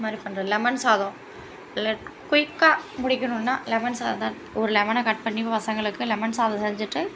இதுமாதிரி பண்ணுற லெமன் சாதம் லெட் குயிக்காக முடிக்கணுன்னால் லெமன் சாதம் ஒரு லெமனை கட் பண்ணி பசங்களுக்கு லெமன் சாதம் செஞ்சுட்டு